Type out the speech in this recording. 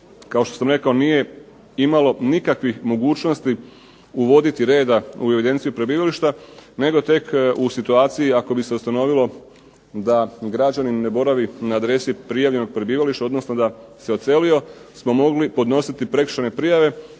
kao što sam rekao nije imalo nikakvih mogućnosti uvoditi reda u evidenciju prebivališta, nego tek u situaciju ako bi se ustanovilo da građanin ne boravi na adresi prijavljenog prebivališta, odnosno da se odselio, smo mogli podnositi prekršajne prijave,